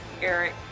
Eric